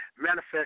Manifest